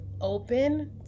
open